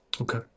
Okay